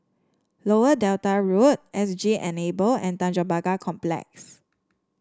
Lower Delta Road S G Enable and Tanjong Pagar Complex